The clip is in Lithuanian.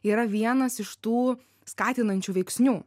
yra vienas iš tų skatinančių veiksnių